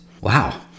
Wow